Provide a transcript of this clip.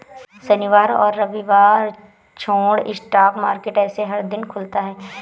शनिवार और रविवार छोड़ स्टॉक मार्केट ऐसे हर दिन खुलता है